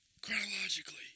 chronologically